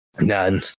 None